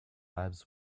labs